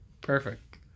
Perfect